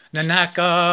Nanaka